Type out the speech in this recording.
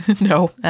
No